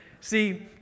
See